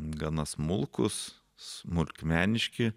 gana smulkūs smulkmeniški